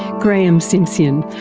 graeme simsion,